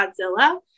Godzilla